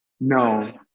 No